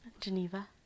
Geneva